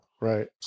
Right